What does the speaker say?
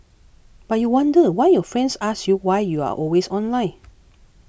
but you wonder why your friends ask you why you are always online